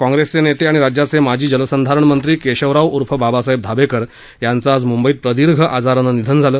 काँग्रेसचे नेते आणि राज्याचे माजी जलसंधारण मंत्री केशवराव उर्फ बाबासाहेब धाबेकर यांचं आज मुंबईत प्रदीर्घ आजारानं निधन झालं